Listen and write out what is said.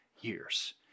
years